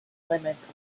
limits